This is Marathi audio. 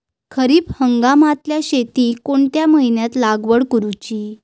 खरीप हंगामातल्या शेतीक कोणत्या महिन्यात लागवड करूची?